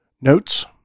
Notes